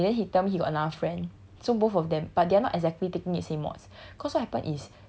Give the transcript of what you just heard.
so I just okay then he tell me he got another friend so both of them but they are not exactly taking the same mods